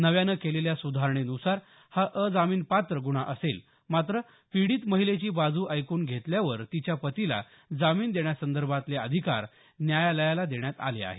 नव्यानं केलेल्या सुधारणेन्सार हा अजामीनपात्र गुन्हा असेल मात्र पीडित महिलेची बाजू ऐकून घेतल्यावर तिच्या पतीला जामीन देण्यासंदर्भातले अधिकार न्यायालयाला देण्यात आले आहेत